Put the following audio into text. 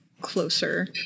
closer